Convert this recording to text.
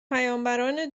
پیامبران